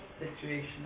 situation